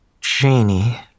Janie